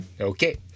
okay